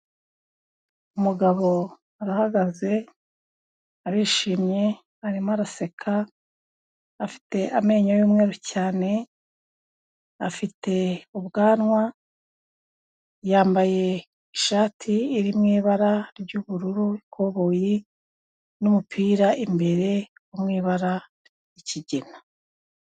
Umugabo arahagaze, arishimye arimo araseka, afite amenyo y'umweru cyane, afite ubwanwa, yambaye ishati iri mu ibara ry'ubururu y'ikoboye n'umupira imbere wo m'ibara ry'ikigina.